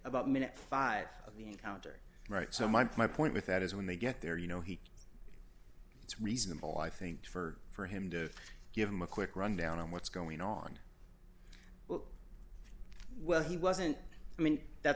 about minute five of the encounter right so my point with that is when they get there you know he it's reasonable i think for for him to give them a quick rundown on what's going on well well he wasn't i mean that's